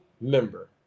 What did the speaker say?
member